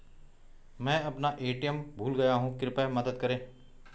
मैं अपना ए.टी.एम भूल गया हूँ, कृपया मदद करें